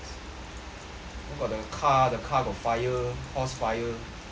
got the car the car got fire cross fire